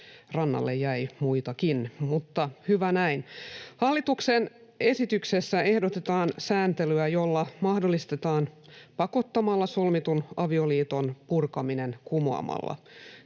rannalle jäi muitakin — mutta hyvä näin. Hallituksen esityksessä ehdotetaan sääntelyä, jolla mahdollistetaan pakottamalla solmitun avioliiton purkaminen kumoamalla.